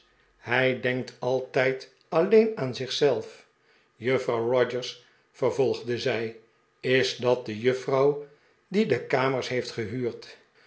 hij denkt altijd alleen aan zich zelf juffrouw rogers vervolgde zij is dat de juffrouw die de kamers heeft gehuurd